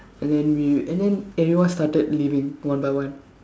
and then we and then everyone started leaving one by one